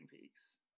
peaks